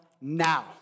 now